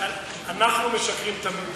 אנחנו משקרים תמיד.